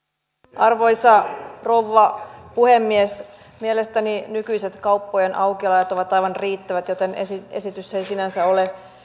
arvoisa rouva puhemies mielestäni nykyiset kauppojen aukioloajat ovat aivan riittävät joten esitys esitys ei sinänsä ole